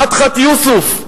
מדחת יוסף.